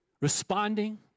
Responding